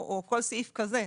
או כל סעיף כזה.